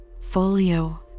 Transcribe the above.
Folio